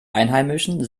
einheimischen